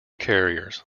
carriers